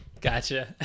Gotcha